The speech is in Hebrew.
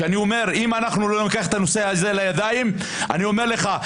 שאני אומר שאם לא ניקח את הנושא הזה לידיים אני אומר לך,